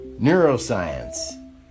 neuroscience